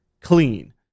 clean